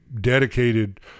dedicated